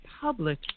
public